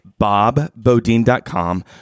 BobBodine.com